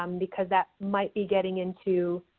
um because that might be getting into